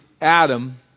Adam